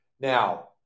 Now